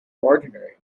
ordinary